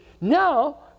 Now